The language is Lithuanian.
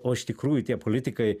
o iš tikrųjų tie politikai